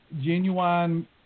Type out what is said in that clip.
genuine